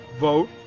vote